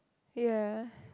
ya